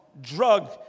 drug